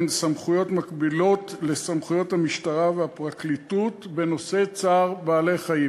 אלה סמכויות מקבילות לסמכויות המשטרה והפרקליטות בנושא צער בעלי-חיים.